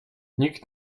nikt